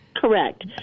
correct